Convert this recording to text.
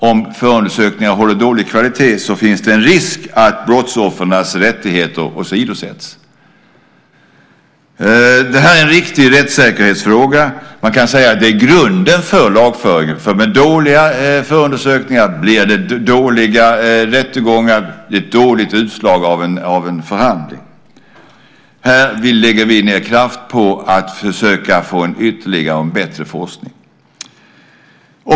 Om förundersökningarna håller dålig kvalitet finns nämligen en risk att brottsoffrens rättigheter åsidosätts. Detta är en viktig rättssäkerhetsfråga. Man kan säga att detta är grunden för lagföringen, för med dåliga förundersökningar blir det dåliga rättegångar och ett dåligt utslag av förhandlingen. Här vill vi lägga kraft på att försöka få ytterligare och bättre forskning.